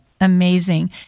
amazing